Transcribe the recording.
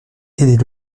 des